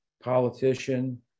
politician